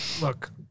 Look